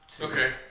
Okay